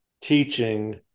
teaching